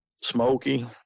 smoky